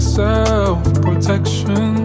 self-protection